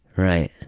right.